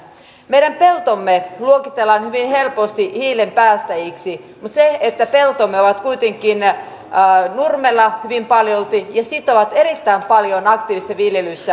meidän peltomme luokitellaan hyvin helposti hiilen päästäjiksi mutta peltomme ovat kuitenkin nurmella hyvin paljolti ja sitovat erittäin paljon aktiivisessa viljelyssä hiiltä